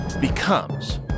becomes